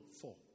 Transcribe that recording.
four